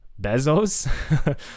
bezos